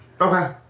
Okay